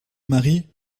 mari